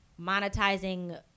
monetizing